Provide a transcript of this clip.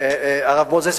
הרב מוזס,